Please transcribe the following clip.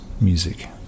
music